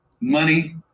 money